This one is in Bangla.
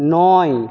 নয়